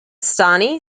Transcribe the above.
stani